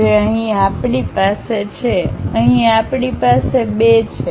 તો અહીં આપણી પાસે છે અહીં આપણી પાસે ૨ છે